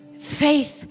faith